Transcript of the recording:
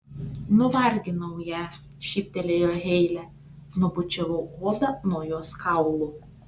nuvarginau ją šyptelėjo heile nubučiavau odą nuo jos kaulų